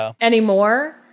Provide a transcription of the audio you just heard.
anymore